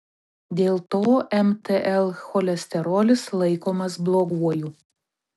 dėl to mtl cholesterolis laikomas bloguoju